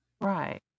Right